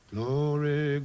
Glory